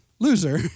Loser